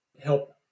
help